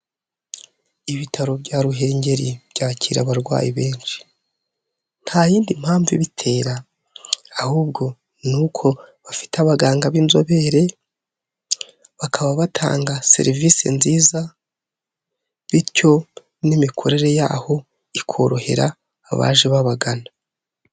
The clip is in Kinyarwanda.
Ibitaro bya Ruhengeri byakira abarwayi benshi, nta yindi mpamvu ibitera ahubwo ni uko bafite abaganga b'inzobere, bakaba batanga serivisi nziza bityo n'imikorere yaho ikorohera abaje babagana.